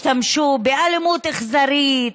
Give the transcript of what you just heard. השתמשו באלימות אכזרית,